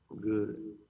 Good